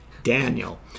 Daniel